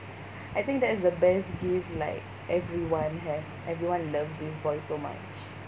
I think that's the best gift like everyone have everyone loves this boy so much